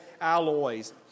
alloys